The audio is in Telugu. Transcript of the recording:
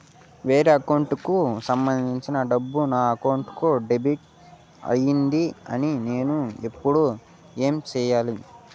వేరే అకౌంట్ కు సంబంధించిన డబ్బు ఈ అకౌంట్ కు డెబిట్ అయింది నేను ఇప్పుడు ఏమి సేయాలి